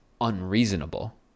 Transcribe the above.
unreasonable